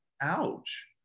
ouch